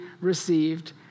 received